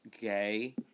gay